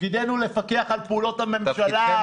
תפקידנו לפקח על פעולות הממשלה העקומות.